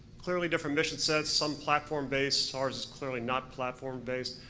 clearly different mission sets, some platform-based, our is clearly not platform-based.